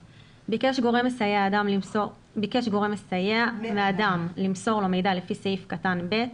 ביקש גורם מסייע מאדם למסור לו מידע לפי סעיף קטן (ב),